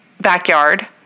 backyard